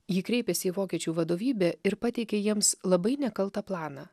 ji kreipėsi į vokiečių vadovybę ir pateikė jiems labai nekaltą planą